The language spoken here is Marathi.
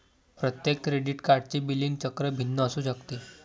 प्रत्येक क्रेडिट कार्डचे बिलिंग चक्र भिन्न असू शकते